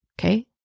Okay